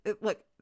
look